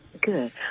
Good